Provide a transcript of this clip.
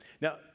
Now